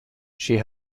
she